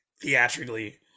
Theatrically